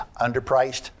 underpriced